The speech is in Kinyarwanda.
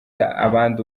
abandi